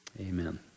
Amen